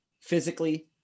physically